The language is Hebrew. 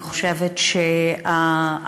אני חושבת שהיום,